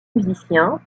musiciens